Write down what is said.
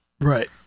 Right